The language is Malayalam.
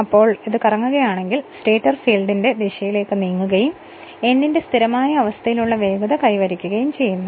ഇപ്പോൾ അത് കറങ്ങുകയാണെങ്കിൽ അത് സ്റ്റേറ്റർ ഫീൽഡിന്റെ ദിശയിലേക്ക് നീങ്ങുകയും n ന്റെ സ്ഥിരമായ അവസ്ഥയിൽ ഉള്ള വേഗത കൈവരിക്കുകയും ചെയ്യുന്നു